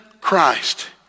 Christ